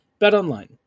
BetOnline